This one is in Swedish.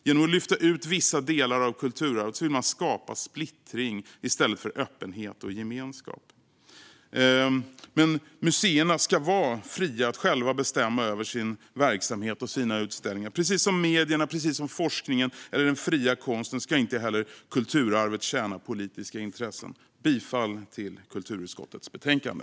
Genom att lyfta ut vissa delar av kulturavet vill man skapa splittring i stället för öppenhet och gemenskap. Museerna ska vara fria att själva bestämma över sin verksamhet och sina utställningar. Precis som medierna, forskningen och den fria konsten inte ska tjäna politiska intressen ska inte heller kulturarvet göra det. Jag yrkar bifall till förslaget i kulturutskottets betänkande.